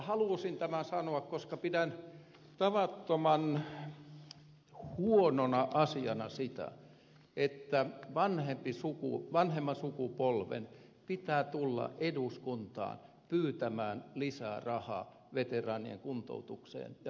halusin tämän sanoa koska pidän tavattoman huonona asiana sitä että vanhemman sukupolven pitää tulla eduskuntaan pyytämään lisää rahaa veteraanien kuntoutukseen ja veteraaneille